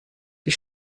die